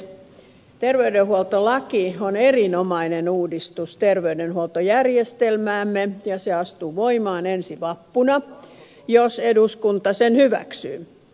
terveydenhuoltolaki on erinomainen uudistus terveydenhuoltojärjestelmäämme ja se astuu voimaan ensi vappuna jos eduskunta sen hyväksyy